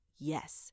Yes